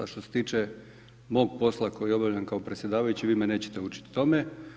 A što se tiče mog posla koji obavljam kao predsjedavajući vi me nećete učiti o tome.